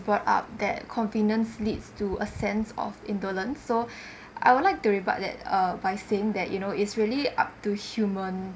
brought up that convenience leads to a sense of indolence so I would like to report that uh by saying that you know it's really up to human